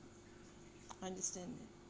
understand